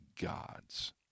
God's